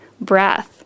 breath